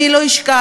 אני לא אשכח,